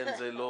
זה לא